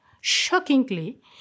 Shockingly